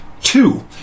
Two